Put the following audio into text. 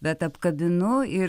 bet apkabinu ir